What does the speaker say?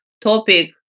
topic